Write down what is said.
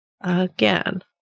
Again